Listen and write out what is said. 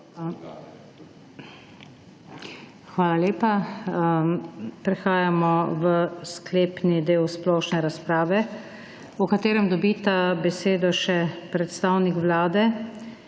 prijavljenih. Prehajamo v sklepni del splošne razprave, v katerem dobita besedo še predstavnik vlade